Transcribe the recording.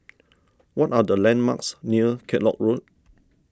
what are the landmarks near Kellock Road